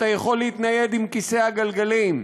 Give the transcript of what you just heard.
אתה יכול להתנייד עם כיסא הגלגלים.